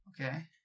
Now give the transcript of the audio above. okay